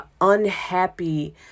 unhappy